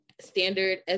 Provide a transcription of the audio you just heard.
standard